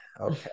Okay